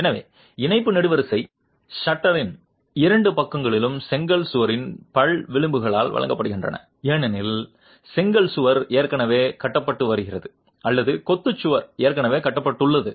எனவே இணைப்பு நெடுவரிசை ஷட்டரிங்கின் இரண்டு பக்கங்களும் செங்கல் சுவரின் பல் விளிம்புகளால் வழங்கப்படுகின்றன ஏனெனில் செங்கல் சுவர் ஏற்கனவே கட்டப்பட்டு வருகிறது அல்லது கொத்து சுவர் ஏற்கனவே கட்டப்பட்டுள்ளது